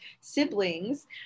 siblings